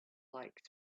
like